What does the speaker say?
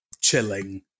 chilling